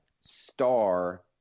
Star